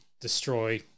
destroy